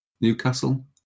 Newcastle